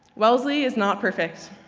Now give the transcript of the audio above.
wellesley is not perfect